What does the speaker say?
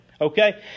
okay